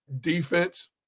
defense